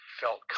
felt